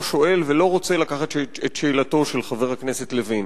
לא שואל ולא רוצה לקחת את שאלתו של חבר הכנסת לוין,